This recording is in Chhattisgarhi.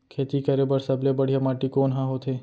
खेती करे बर सबले बढ़िया माटी कोन हा होथे?